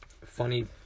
funny